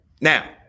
Now